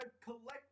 collect